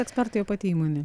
ekspertai o pati įmonė